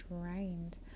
drained